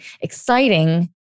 Exciting